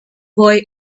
boy